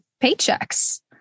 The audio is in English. paychecks